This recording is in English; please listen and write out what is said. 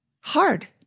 hard